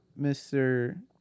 Mr